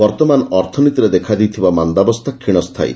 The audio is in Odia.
ବର୍ତ୍ତମାନ ଅର୍ଥନୀତିରେ ଦେଖାଦେଇଥିବା ମାନ୍ଦାବସ୍ଥା କ୍ଷଣସ୍ଥାୟୀ